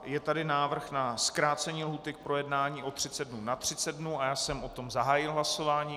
Je tady návrh na zkrácení lhůty k projednání o 30 dnů na 30 dnů a já jsem o tom zahájil hlasování.